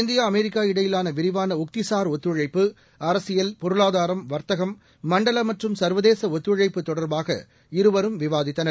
India America இடையிலானவிரிவானஉக்திசார் ஒத்துழைப்பு வர்த்தகம் மண்டலமற்றும் சர்வதேசஒத்துழைப்பு தொடர்பாக இருவரும் விவாதித்தனர்